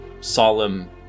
solemn